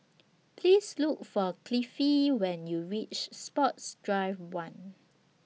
Please Look For Cliffie when YOU REACH Sports Drive one